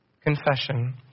confession